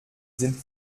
sind